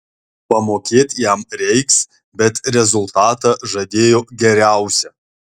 pamokėt jam reiks bet rezultatą žadėjo geriausią